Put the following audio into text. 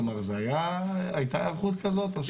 כלומר הייתה היערכות כזאת?